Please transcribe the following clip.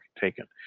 taken